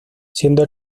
siendo